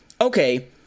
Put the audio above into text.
okay